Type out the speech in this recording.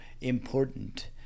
important